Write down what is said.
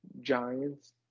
Giants